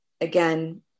Again